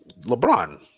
LeBron